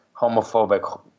homophobic